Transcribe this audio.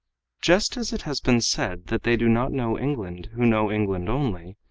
just as it has been said that they do not know england who know england only,